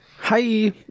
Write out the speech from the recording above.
Hi